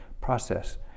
process